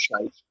shape